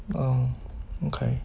oh okay